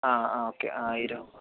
ആ ഓക്കേ ആയിരം